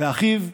ואחיו,